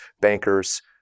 bankers